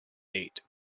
date